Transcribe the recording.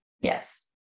Yes